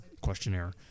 questionnaire